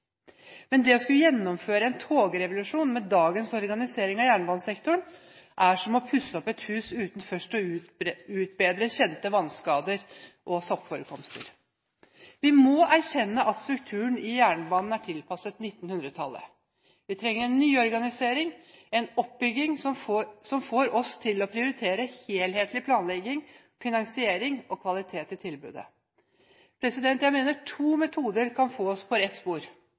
Men det å skulle gjennomføre en togrevolusjon med dagens organisering av jernbanesektoren er som å pusse opp et hus uten først å utbedre kjente vannskader og soppforekomster. Vi må erkjenne at strukturen i jernbanen er tilpasset 1900-tallet. Vi trenger en nyorganisering, en oppbygging som får oss til å prioritere helhetlig planlegging, finansiering og kvalitet i tilbudet. Jeg mener to metoder kan få oss på rett spor.